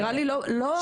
נראה לי לא ביג דיל.